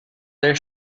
their